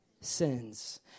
sins